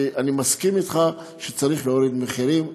כי אני מסכים אתך שצריך להוריד מחירים,